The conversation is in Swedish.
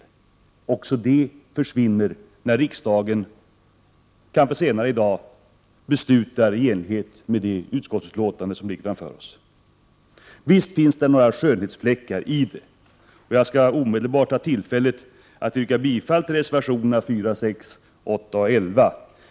Men även denna ståndpunkt överges när riksdagen kanske senare i dag beslutar i enlighet med förslaget i det betänkande som ligger framför oss. Visst finns det några skönhetsfläckar i förslaget, och jag skall omedelbart ta tillfället i akt och yrka bifall till reservationerna 4, 6, 8 och 11.